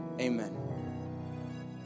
amen